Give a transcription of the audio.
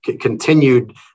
continued